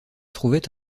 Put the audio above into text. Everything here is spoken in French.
trouvait